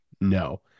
No